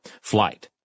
flight